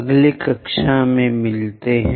अगली कक्षा में मिलते हैं